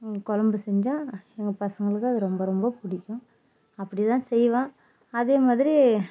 குழம்பு செஞ்சால் எங்கள் பசங்களுக்கு அது ரொம்ப ரொம்ப பிடிக்கும் அப்படிதான் செய்வேன் அதே மாதிரி